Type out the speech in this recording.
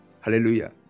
Hallelujah